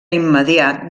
immediat